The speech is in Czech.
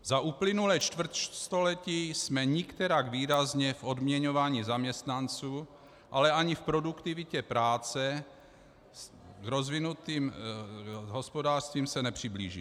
Za uplynulé čtvrtstoletí jsme se nikterak výrazně v odměňování zaměstnanců, ale ani v produktivitě práce rozvinutým hospodářstvím nepřiblížili.